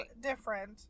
different